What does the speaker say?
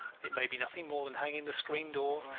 it may be nothing more than hanging the screen door,